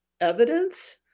evidence